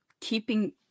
keeping